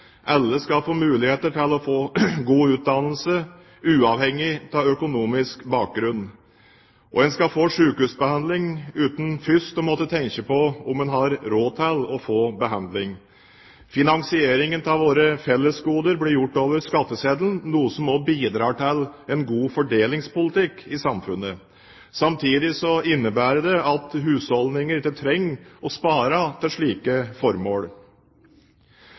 Alle skal få muligheten til å få en god utdannelse, uavhengig av økonomisk bakgrunn, og alle skal få sykehusbehandling uten først å måtte tenke på om de har råd til å få behandling. Finansieringen av våre fellesgoder blir gjort over skatteseddelen, noe som også bidrar til en god fordelingspolitikk i samfunnet. Samtidig innebærer det at husholdninger ikke trenger å spare til slike formål.